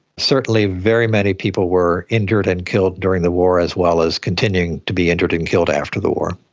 certainly very many people were injured and killed during the war as well as continuing to be injured and killed after the war.